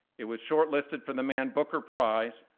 it was shortlisted for the man booker prize.